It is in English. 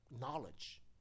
knowledge